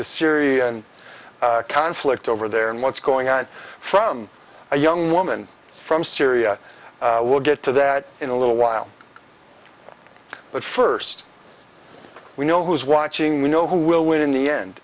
the syrian conflict over there and what's going on from a young woman from syria we'll get to that in a little while but first we know who's watching we know who will win in the end